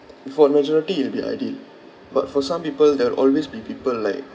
if for the majority it'll be ideal but for some people there'll always be people like